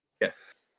Yes